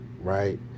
right